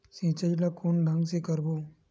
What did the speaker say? सिंचाई ल कोन ढंग से करबो?